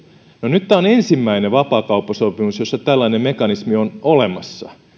no nyt tämä on ensimmäinen vapaakauppasopimus jossa tällainen mekanismi on olemassa